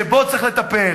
שבו צריך לטפל,